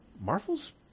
Marvel's